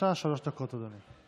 בבקשה, שלוש דקות, אדוני.